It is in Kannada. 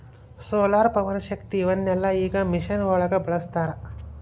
ಸೋಲಾರ, ಪವನಶಕ್ತಿ ಇವನ್ನೆಲ್ಲಾ ಈಗ ಮಿಷನ್ ಒಳಗ ಬಳಸತಾರ